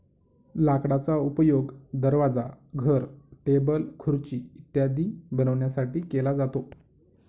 लाकडाचा उपयोग दरवाजा, घर, टेबल, खुर्ची इत्यादी बनवण्यासाठी केला जातो